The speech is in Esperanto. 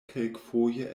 kelkfoje